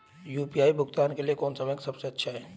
UPI भुगतान के लिए कौन सा बैंक सबसे अच्छा है?